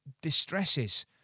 distresses